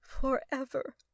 Forever